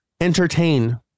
entertain